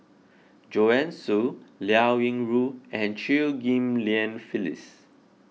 Joanne Soo Liao Yingru and Chew Ghim Lian Phyllis